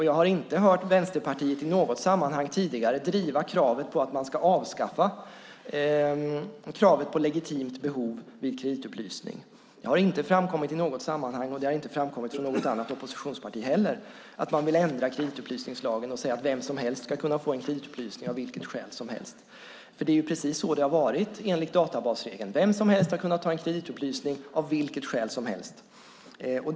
Jag har inte i något sammanhang tidigare hört Vänsterpartiet driva att man ska avskaffa kravet på legitimt behov vid kreditupplysning. Det har inte framkommit i något sammanhang - och det har inte framkommit från något annat oppositionsparti heller - att man vill ändra kreditupplysningslagen och säga att vem som helst ska kunna få en kreditupplysning av vilket skäl som helst. Det är precis så det har varit, enligt databasregeln: Vem som helst har kunnat ta en kreditupplysning av vilket skäl som helst.